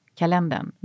kalendern